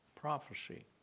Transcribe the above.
prophecy